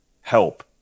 help